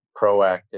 proactive